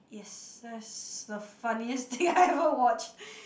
yes that's the funniest thing I ever watched